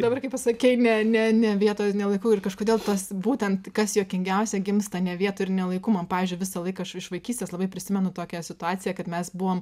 dabar kai pasakei ne ne ne vietoj ir ne laiku ir kažkodėl tas būtent kas juokingiausia gimsta ne vietoj ir ne laiku man pavyzdžiui visą laiką aš iš vaikystės labai prisimenu tokią situaciją kad mes buvom